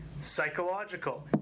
psychological